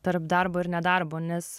tarp darbo ir nedarbo nes